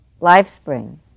Lifespring